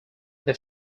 they